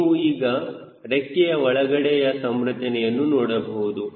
ನೀವು ಈಗ ರೆಕ್ಕಿಯ ಒಳಗಡೆಯ ಸಂರಚನೆಯನ್ನು ನೋಡಬಹುದು